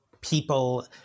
people